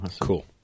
Cool